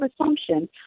assumption